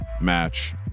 match